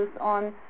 on